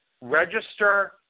register